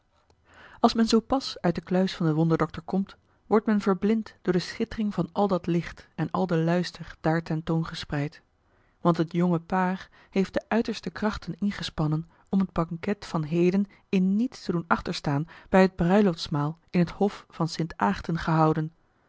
als men zoo pas uit de kluis van den wonderdokter komt wordt men verblind door de schittering van al dat licht en al den luister daar tentoongespreid want het jonge paar heeft de uiterste krachte ingespannen om het banket van heden in niets te doen achterstaan bij het bruiloftsmaal in het hof van st aagten gehouden